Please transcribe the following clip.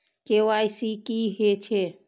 KYC की हे छे?